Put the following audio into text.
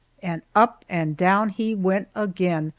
and up and down he went again,